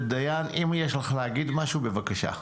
בבקשה.